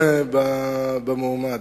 לפגוע במועמד.